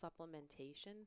supplementation